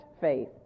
faith